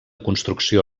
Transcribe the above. construcció